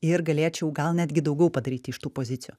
ir galėčiau gal netgi daugiau padaryti iš tų pozicijų